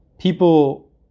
People